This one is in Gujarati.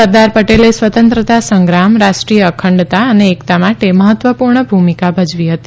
સરદાર પટેલે સ્વતંત્રતા સંગ્રામ રાષ્ટ્રીય અખંડતા અને એકતા માટે મહત્વપૂર્ણ ભૂમિકા ભજવી હતી